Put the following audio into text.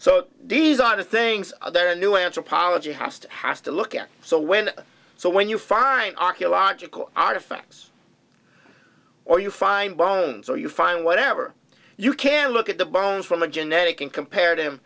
so these are the things other new anthropology has to has to look at so when so when you find archaeological artifacts or you find bones or you find whatever you can look at the bones from a genetic and compare